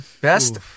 best